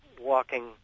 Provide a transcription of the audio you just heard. walking